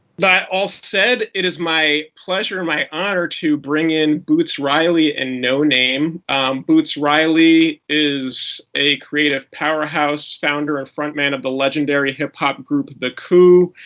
that all said, it is my pleasure and my honor to bring in boots riley and noname. boots riley is a creative powerhouse, founder of frontman, of the legendary hip-hop group the coup,